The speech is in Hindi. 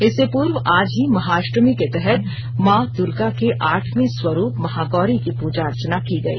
इससे पूर्व आज ही महाअष्टमी के तहत मांग दूर्गा के आठवें स्वरुप महागौरी की पूजा अर्चना की गई